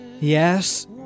Yes